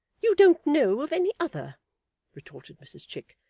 you don't know of any other retorted mrs chick.